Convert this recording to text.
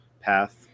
path